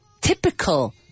typical